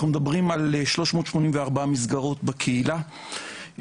אנחנו מדברים על 384 מסגרות בקהילה,